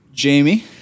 Jamie